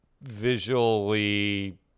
visually